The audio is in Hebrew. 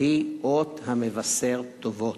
שהיא אות המבשר טובות,